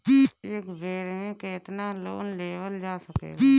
एक बेर में केतना लोन लेवल जा सकेला?